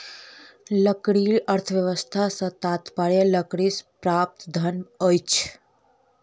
लकड़ी अर्थव्यवस्था सॅ तात्पर्य लकड़ीसँ प्राप्त धन अछि